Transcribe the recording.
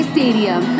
Stadium